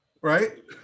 right